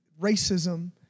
racism